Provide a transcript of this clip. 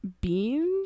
beans